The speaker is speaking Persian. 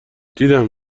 دیدم